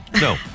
No